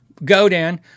Godan